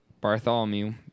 Bartholomew